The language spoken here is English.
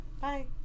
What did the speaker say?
Bye